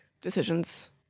decisions